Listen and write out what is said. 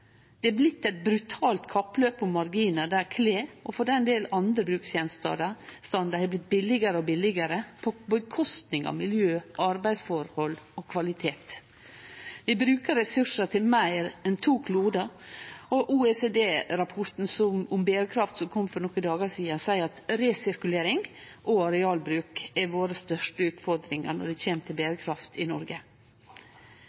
Det har blitt eit brutalt kappløp om marginar der klede, og for den del andre bruksgjenstandar, har blitt billigare og billigare på kostnad av miljø, arbeidsforhold og kvalitet. Vi brukar ressursar til meir enn to klodar, og OECD-rapporten om berekraft som kom for nokre dagar sidan, seier at resirkulering og arealbruk er våre største utfordringar når det kjem til